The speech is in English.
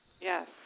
Yes